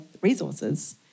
resources